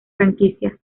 franquicia